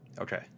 Okay